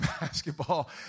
basketball